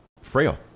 Frail